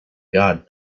god